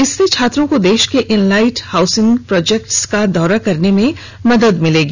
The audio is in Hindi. इससे छात्रों को देश के इन लाइट हाउसिंग प्रोजेक्ट्स एलएचपी का दौरा करने में मदद मिलेगी